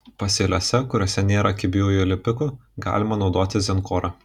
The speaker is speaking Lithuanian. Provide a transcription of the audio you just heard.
pasėliuose kuriuose nėra kibiųjų lipikų galima naudoti zenkorą